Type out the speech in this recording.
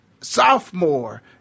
sophomore